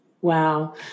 wow